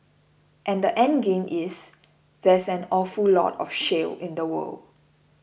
and the endgame is there's an awful lot of shale in the world